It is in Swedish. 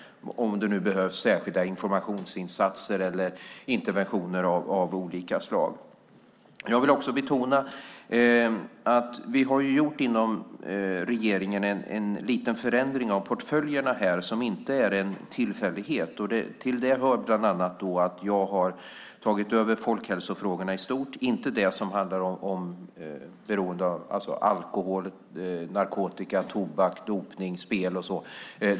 Det kan till exempel behövas särskilda informationsinsatser eller interventioner av olika slag. Jag vill också betona att regeringen har gjort en liten förändring av portföljerna här, och det är inte någon tillfällighet. Jag har tagit över folkhälsofrågorna i stort. Det gäller inte det som handlar om alkohol, narkotika, tobak, dopning, spel och så vidare.